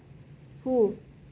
who